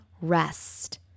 rest